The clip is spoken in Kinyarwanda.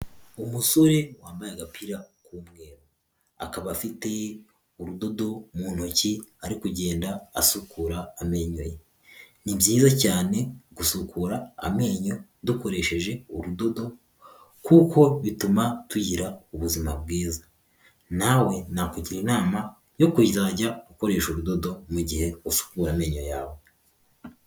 Umusore wambaye agapira k'umweru, akaba afite urudodo mu ntoki, ari kugenda asukura amenyo ye. Ni byiza cyane gusukura amenyo dukoresheje urudodo kuko bituma tugira ubuzima bwiza. Nawe nakugira inama yo kuzajya ukoresha urudodo mu gihe usukura amenyo yawe.